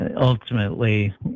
ultimately